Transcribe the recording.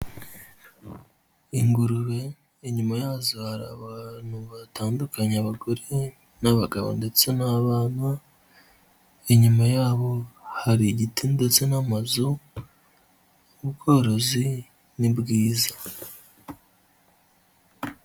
Ingurube inyuma yazo hari abantu batandukanyekanya abagore n'abagabo ndetse n'abana, inyuma yabo hari igiti ndetse n'amazu, ubworozi ni bwiza.